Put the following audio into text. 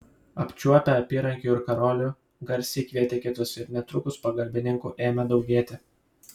apčiuopę apyrankių ir karolių garsiai kvietė kitus ir netrukus pagalbininkų ėmė daugėti